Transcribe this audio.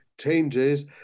changes